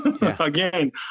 Again